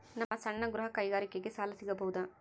ನಮ್ಮ ಸಣ್ಣ ಗೃಹ ಕೈಗಾರಿಕೆಗೆ ಸಾಲ ಸಿಗಬಹುದಾ?